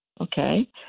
Okay